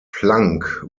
planck